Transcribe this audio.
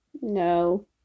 No